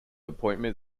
appointment